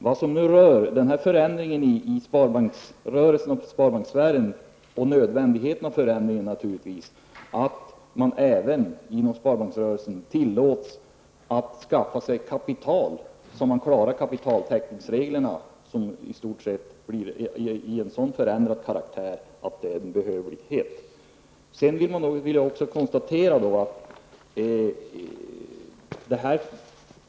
När det gäller nödvändigheten av den här förändringen av sparbanksrörelsen vill jag framhålla att man även inom sparbanksrörelsen måste tillåtas att skaffa sig kapital för att klara kapitaltäckningsreglerna. Dessa får nu en sådan förändrad karaktär att detta är en nödvändighet.